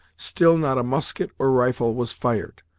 still not a musket or rifle was fired,